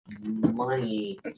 money